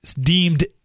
deemed